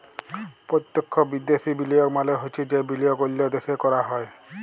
পত্যক্ষ বিদ্যাশি বিলিয়গ মালে হছে যে বিলিয়গ অল্য দ্যাশে ক্যরা হ্যয়